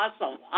awesome